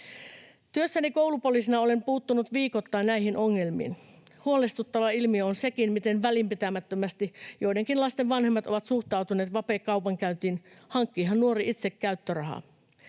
Työssäni koulupoliisina olen puuttunut viikoittain näihin ongelmiin. Huolestuttava ilmiö on sekin, miten välinpitämättömästi joidenkin lasten vanhemmat ovat suhtautuneet vapekaupankäyntiin — hankkiihan nuori itse käyttörahaa.